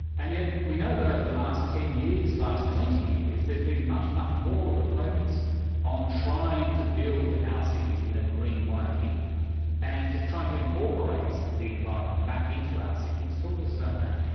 and yet we know that over the last ten years, last twenty years there has been much, much more of a focus on trying to build our cities in a green way and trying to incorporate the environment back into our cities. talk to us about that.